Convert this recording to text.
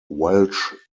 welsh